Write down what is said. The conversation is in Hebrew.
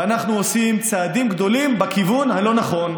ואנחנו עושים צעדים גדולים בכיוון הלא-נכון.